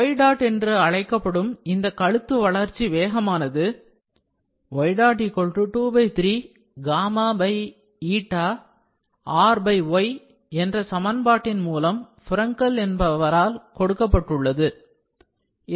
ẏ என்று அழைக்கப்படும் கழுத்து வளர்ச்சி வேகமானது ẏ23Ry என்ற சமன்பாட்டின் மூலம் ஃப்ரெங்கெல் என்பவரால் கொடுக்கப்பட்டுள்ளது